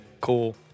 cool